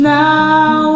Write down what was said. now